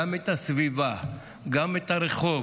גם את הסביבה, גם את הרחוב,